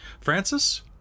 Francis